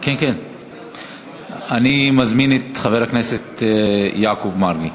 אני מזמין את חבר הכנסת יעקב מרגי.